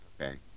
Okay